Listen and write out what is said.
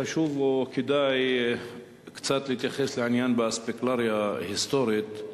חשוב או כדאי קצת להתייחס לעניין באספקלריה היסטורית.